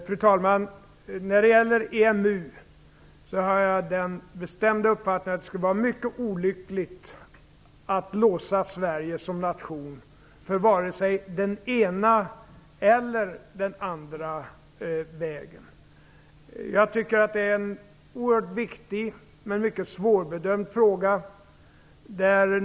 Fru talman! När det gäller EMU har jag den bestämda uppfattningen att det skulle vara mycket olyckligt att låsa Sverige som nation för vare sig den ena eller den andra vägen. Jag tycker att det är en oerhört viktig men mycket svårbedömd fråga.